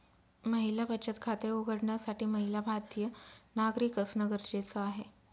महिला बचत खाते उघडण्यासाठी महिला भारतीय नागरिक असणं गरजेच आहे